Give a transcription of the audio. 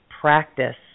practice